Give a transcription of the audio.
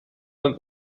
let